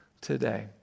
today